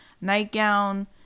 nightgown